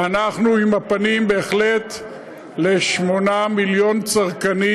אנחנו עם הפנים בהחלט ל-8 מיליון צרכנים